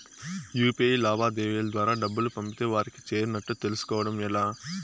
UPI లావాదేవీల ద్వారా డబ్బులు పంపితే వారికి చేరినట్టు తెలుస్కోవడం ఎలా?